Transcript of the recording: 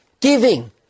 Giving